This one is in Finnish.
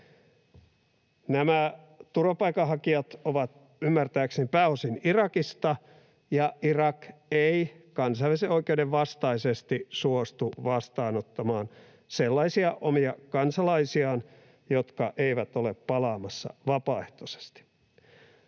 Nämä turvapaikanhakijat ovat ymmärtääkseni pääosin Irakista, ja Irak ei kansainvälisen oikeuden vastaisesti suostu vastaanottamaan sellaisia omia kansalaisiaan, jotka eivät ole palaamassa vapaaehtoisesti.